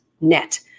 net